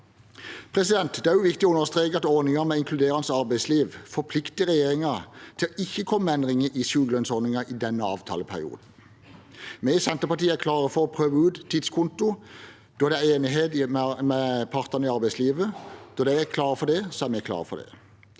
ordning. Det er viktig å understreke at ordningen med inkluderende arbeidsliv forplikter regjeringen til ikke å komme med endringer i sykelønnsordningen i denne avtaleperioden. Vi i Senterpartiet er klare for å prøve ut tidskonto når det er enighet med partene i arbeidslivet. Når de er klare for det, er vi klare for det.